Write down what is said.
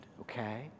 okay